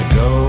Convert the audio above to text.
go